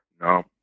No